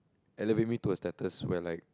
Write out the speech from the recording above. elevate me to a status where like